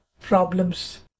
problems